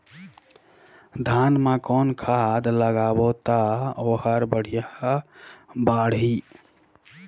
धान मा कौन खाद लगाबो ता ओहार बेडिया बाणही?